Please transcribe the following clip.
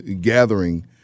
gathering